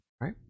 Right